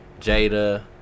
Jada